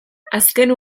azken